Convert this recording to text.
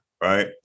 Right